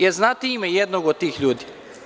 Da li znate ime i jednog od tih ljudi?